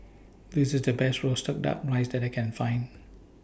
This IS The Best Roasted Duck Rice that I Can Find